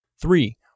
Three